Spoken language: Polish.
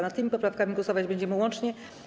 Nad tymi poprawkami głosować będziemy łącznie.